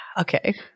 okay